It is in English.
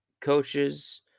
coaches